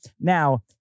Now